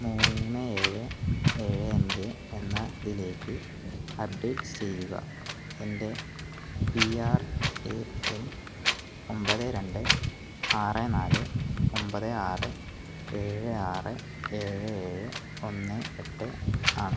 മൂന്ന് ഏഴ് ഏഴ് അഞ്ച് എന്നതിലേക്ക് അപ്ഡേറ്റ് ചെയ്യുക എന്റെ പി ആർ എ എൻ ഒമ്പത് രണ്ട് ആറ് നാല് ഒമ്പത് ആറ് ഏഴ് ആറ് ഏഴ് ഏഴ് ഒന്ന് എട്ട് ആണ്